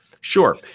Sure